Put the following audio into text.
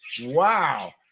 wow